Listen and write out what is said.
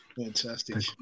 Fantastic